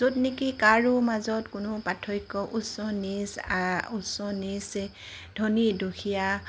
য'ত নেকি কাৰো মাজত কোনো পাৰ্থক্য উচ্চ নিচ উচ্চ নিচ ধনী দুখীয়া